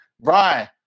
Brian